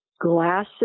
glasses